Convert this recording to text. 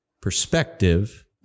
perspective